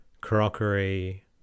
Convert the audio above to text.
Crockery